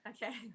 Okay